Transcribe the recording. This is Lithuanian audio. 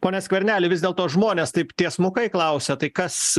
pone skverneli vis dėlto žmonės taip tiesmukai klausia tai kas